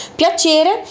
piacere